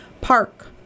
Park